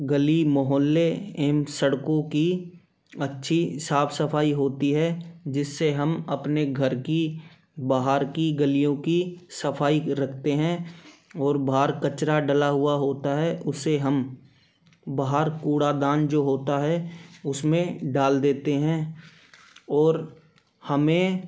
गली मोहल्ले एवं सड़को की अच्छी साफ सफाई होती है जिससे हम अपने घर की बाहर की गलियों की सफाई रखते हैं और बाहर कचरा डला हुआ होता है उसे हम बाहर कूड़ादान जो होता है उसमें डाल देते हैं और हमें